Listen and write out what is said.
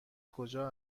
کجا